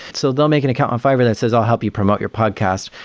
so they'll make an account on fiverr that says, i'll help you promote your podcast,